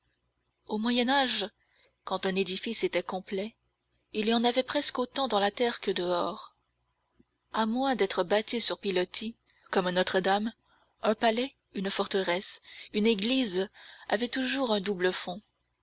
au moyen âge quand un édifice était complet il y en avait presque autant dans la terre que dehors à moins d'être bâtis sur pilotis comme notre-dame un palais une forteresse une église avaient toujours un double fond